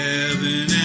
Heaven